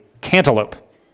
cantaloupe